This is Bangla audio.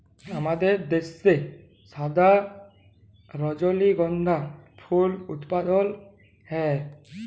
আমাদের দ্যাশে সাদা রজলিগন্ধা ফুল উৎপাদল হ্যয়